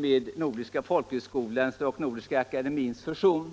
mellan Nordiska akademin och Nordiska folkhögskolan.